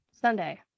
sunday